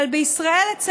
אבל בישראל, לצערנו,